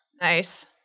Nice